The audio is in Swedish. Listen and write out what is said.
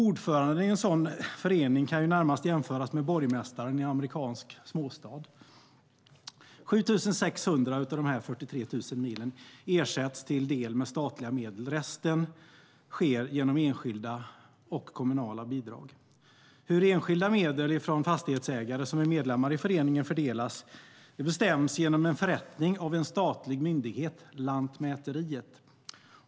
Ordföranden i en sådan förening kan närmast jämföras med borgmästaren i en amerikansk småstad. 7 600 av de 43 000 milen ersätts till del med statliga medel, resten genom enskilda och kommunala bidrag. Hur enskilda medel från fastighetsägare som är medlemmar i föreningen fördelas bestäms genom en förrättning av en statlig myndighet, Lantmäteriet.